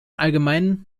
allgemeinen